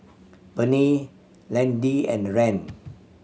Bernie Landyn and Rand